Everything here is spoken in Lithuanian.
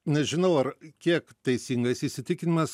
nežinau ar kiek teisingas įsitikinimas